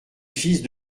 fils